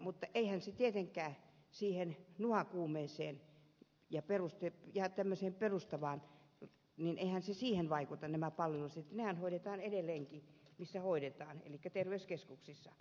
mutta eiväthän tietenkään siihen nuhakuumeen hoitoon ja tämmöiseen perustavaan hoitoon vaikuta nämä palvelusetelit nehän hoidetaan edelleenkin missä hoidetaan elikkä terveyskeskuksissa